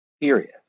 Period